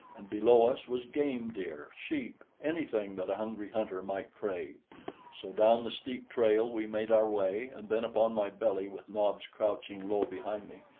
and below us was game deer, sheep, anything that a hungry hunter might crave so down the steep trail we made our way, and then upon my belly with nobs crouching low behind me,